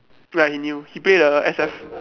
like in you he play the S_F